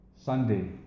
Sunday